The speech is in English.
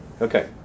Okay